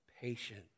patient